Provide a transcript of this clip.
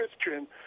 Christian